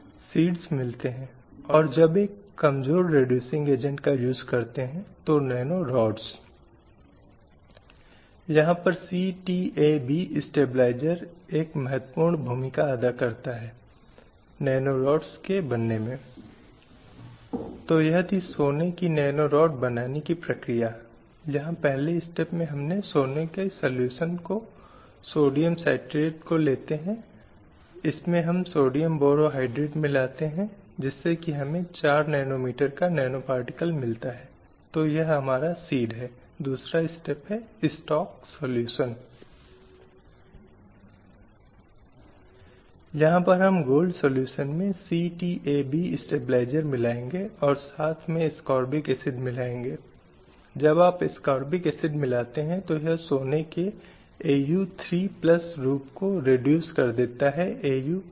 slide समय संदर्भ 1814 किसी प्रकार चीजें मुड़कर परवर्ती वैदिक काल में बदतर होती चली गईं अब यह है जहाँ से बुराइयों ने प्रणाली में प्रवेश किया और यह समय के साथ बढ़ती गई अब कई बार हम मनु स्मृति और मनु के कथन का उल्लेख करते हैं जो समाज में महिलाओं की हीन या निम्न स्थिति की ओर संकेत करते हैं जैसे कि एक महिला को हमेशा पुरुष सदस्य के अधीन होना चाहिए आदि इसलिए ये परवर्ती वैदिक काल का एक भाग था जहां महिलाओं की स्थिति को एक झटका लगा अब जो हुआ वह विभिन्न प्रतिबंध थे जो एक महिला के अधिकारों और विशेषाधिकारों पर लगाए गए थे